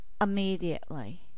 immediately